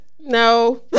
No